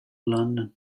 london